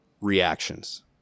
reactions